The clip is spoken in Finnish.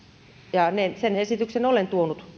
ja sen esityksen olen